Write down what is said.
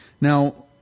Now